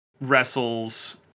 wrestles